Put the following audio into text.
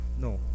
No